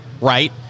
Right